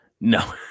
No